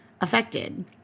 affected